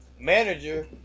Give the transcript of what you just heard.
manager